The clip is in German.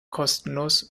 kostenlos